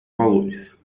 valores